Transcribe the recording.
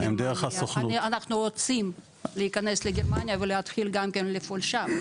אנחנו רוצים להיכנס לגרמניה ולהתחיל גם כן לפעול שם,